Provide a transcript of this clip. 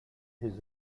his